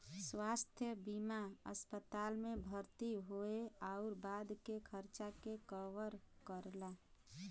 स्वास्थ्य बीमा अस्पताल में भर्ती होये आउर बाद के खर्चा के कवर करला